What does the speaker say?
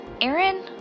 Aaron